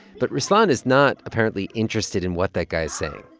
but ruslan is not apparently interested in what that guy is saying.